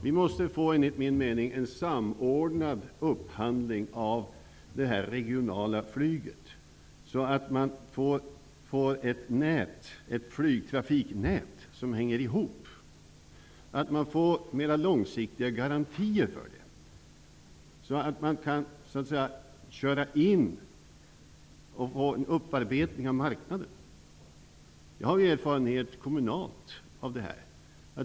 Vi måste enligt min mening få en samordnad upphandling av det regionala flyget, så att det bildas ett flygtrafiknät som hänger ihop. Man måste få mera långsiktiga garantier för det regionala flyget, så att man får tid för en upparbetning av marknaden. Jag har kommunal erfarenhet av det här.